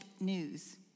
news